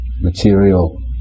material